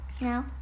No